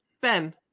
Ben